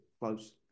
close